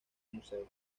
museo